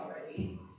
already